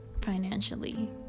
financially